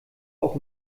auch